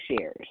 shares